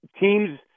teams